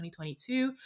2022